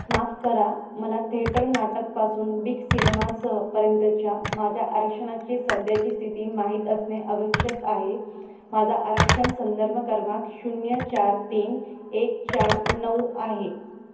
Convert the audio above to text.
माफ करा मला थेटर नाटकपासून बिग सिनेमासह पर्यंतच्या माझ्या आरक्षणाची सध्याची स्थिती माहीत असणे आवश्यक आहे माझा आरक्षण संदर्भ क्रमांक शून्य चार तीन एक चार नऊ आहे